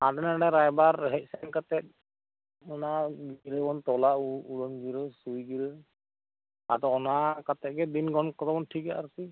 ᱦᱟᱱᱰᱮ ᱱᱷᱟᱰᱮ ᱨᱟᱭᱵᱟᱨ ᱦᱮᱡ ᱥᱮᱱ ᱠᱟᱛᱮᱜ ᱚᱱᱟ ᱜᱤᱨᱟᱹ ᱵᱚᱱ ᱛᱚᱞᱟ ᱩᱰᱟᱹᱱ ᱜᱤᱨᱟᱹᱥᱩᱭ ᱜᱤᱨᱟᱹ ᱟᱫᱚ ᱚᱱᱟ ᱠᱟᱛᱮᱜ ᱜᱮ ᱫᱤᱱ ᱜᱚᱱ ᱵᱚᱱ ᱴᱷᱤᱠᱼᱟ ᱟᱨᱠᱤ